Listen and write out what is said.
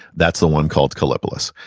that's the one called kallipolis.